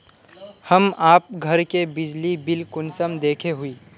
हम आप घर के बिजली बिल कुंसम देखे हुई?